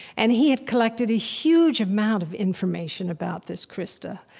and he had collected a huge amount of information about this, krista,